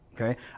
Okay